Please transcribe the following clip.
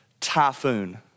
typhoon